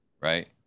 right